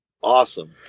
awesome